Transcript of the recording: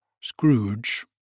Scrooge